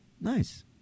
nice